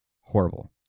horrible